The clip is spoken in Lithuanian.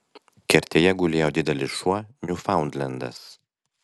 kertėje gulėjo didelis šuo niufaundlendas